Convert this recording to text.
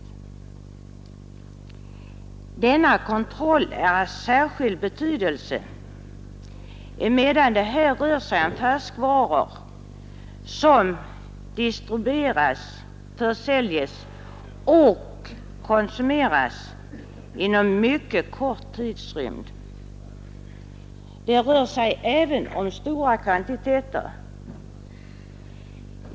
Denna kontroll är av särskild betydelse emedan det här rör sig om färskvaror som distribueras, försäljs och konsumeras inom mycket kort tidrymd. Det rör sig även om stora kvantiteter.